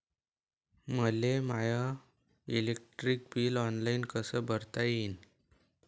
मले my electric bill online कस भरता येईन?